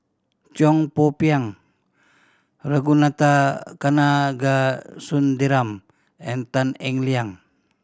Cheong Poo Pieng Ragunathar Kanagasuntheram and Tan Eng Liang